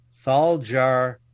Thaljar